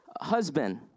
husband